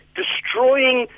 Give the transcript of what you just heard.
destroying